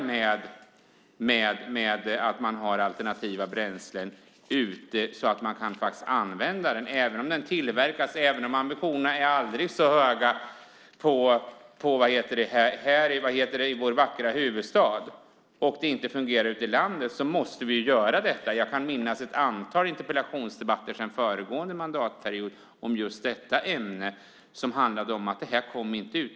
Även om ambitionerna är aldrig så höga i vår vackra huvudstad men det inte fungerar att få ut alternativa bränslen ute i landet så att de faktiskt kan användas måste vi göra något. Jag kan minnas ett antal interpellationsdebatter under föregående mandatperiod som just handlade om att dessa bränslen inte kom ut.